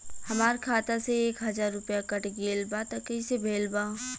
हमार खाता से एक हजार रुपया कट गेल बा त कइसे भेल बा?